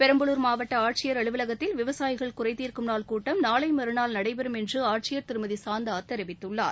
பெரம்பலூர் மாவட்ட ஆட்சியர் அலுவலகத்தில் விவசாயிகள் குறைதீர்க்கும் நாள் கூட்டம் நாளை மறுநாள் நடைபெறும் என்று ஆட்சியர் திருமதி சாந்தா தெரிவித்துள்ளார்